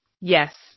Yes